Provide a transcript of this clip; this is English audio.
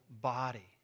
body